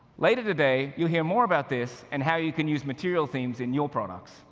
later today, you'll hear more about this and how you can use material themes in your products